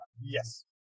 Yes